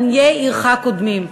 עניי עירך קודמים.